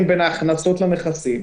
של ההכנסות לבין המספרים של הנכסים,